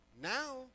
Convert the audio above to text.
Now